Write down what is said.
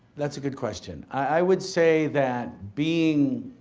that's a good question. i would say that being